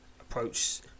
Approach